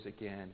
again